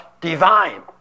divine